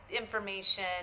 information